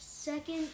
Second